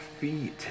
feet